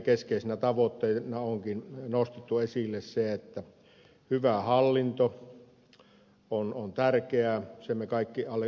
keskeisenä tavoitteena onkin nostettu esille se että hyvä hallinto on tärkeä sen me kaikki alleviivaamme